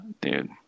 dude